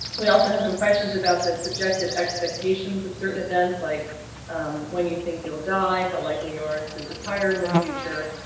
we also have some questions about the subjective expectations of certain events like when you think you'll die, how likely are to retire in the future,